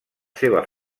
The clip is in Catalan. seva